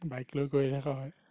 bike লৈ গৈয়েই থাকা হয়